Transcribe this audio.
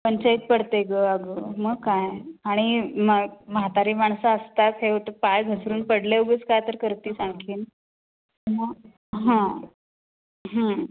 पंचायत पडते गं अगं मग काय आणि म म्हातारी माणसं असतात हे होतं पाय घसरून पडले उगीच काय तर करतीस आणखीन मग हां